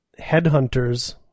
headhunters